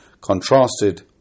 contrasted